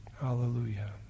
Hallelujah